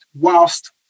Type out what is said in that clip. whilst